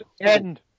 end